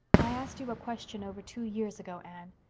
i asked you a question over two years ago, anne.